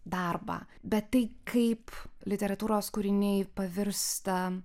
darbą bet tai kaip literatūros kūriniai pavirsta